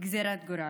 גזרת גורל: